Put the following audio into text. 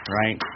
right